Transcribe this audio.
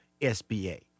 SBA